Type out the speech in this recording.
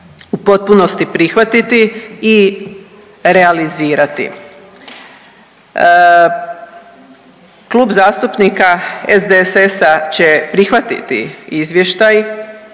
u potpunosti prihvatiti i realizirati. Klub zastupnika SDSS-a će prihvatiti izvještaj